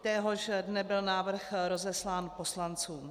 Téhož dne byl návrh rozeslán poslancům.